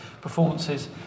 performances